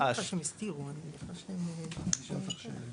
אדוני, אם אפשר עוד משפט.